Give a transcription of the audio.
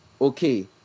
okay